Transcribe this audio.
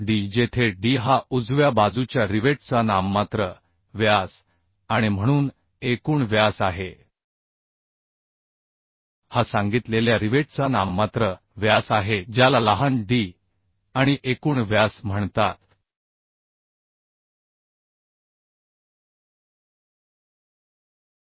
5d जेथे D हा उजव्या बाजूच्या रिवेटचा नाममात्र व्यास आणि म्हणून एकूण व्यास आहे हा सांगितलेल्या रिवेटचा नाममात्र व्यास आहे ज्याला लहान डी आणि एकूण व्यास म्हणतात रिवेटच्या बाबतीत छिद्र व्यास प्रत्यक्षात आहे ज्याला कॅपिटल डी म्हणतात आणि हे कॅपिटल आहे का